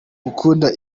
gukunda